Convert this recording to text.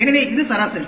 எனவே இது சராசரி